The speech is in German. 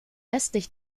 östlich